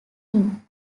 him